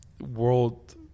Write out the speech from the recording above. world